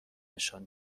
نشان